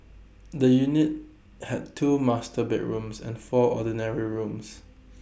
the unit had two master bedrooms and four ordinary rooms